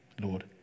Lord